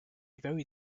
very